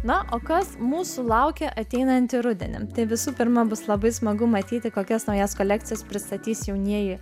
na o kas mūsų laukia ateinantį rudenį tai visų pirma bus labai smagu matyti kokias naujas kolekcijas pristatys jaunieji